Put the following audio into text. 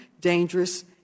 dangerous